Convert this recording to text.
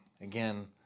Again